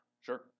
Sure